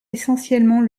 essentiellement